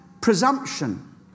presumption